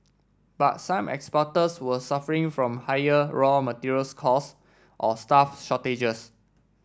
but some exporters were suffering from higher raw materials cost or staff shortages